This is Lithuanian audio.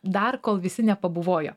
dar kol visi nepabuvojo